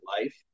life